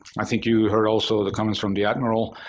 i think you heard also the comments from the admiral.